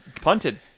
punted